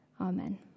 Amen